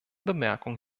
bemerkung